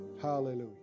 Hallelujah